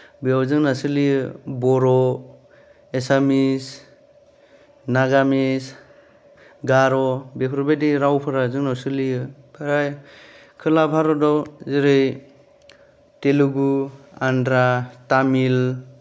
बेयाव जोंना सोलियो बर' एसामिस नागामिस गार' बेफोरबायदि रावफोरा जोंनाव सोलियो ओमफ्राय खोला भारताव जेरै तेलुगु आन्ध्रा तामिल